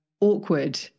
awkward